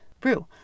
Brew